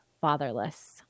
fatherless